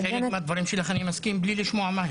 עם חלק מהדברים שלך אני מסכים בלי לשמוע מה הם.